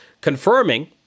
confirming